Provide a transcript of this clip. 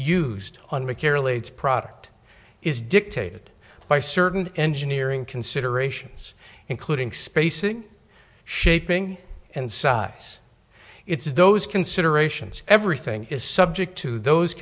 leads product is dictated by certain engineering considerations including spacing shaping and size it's those considerations everything is subject to those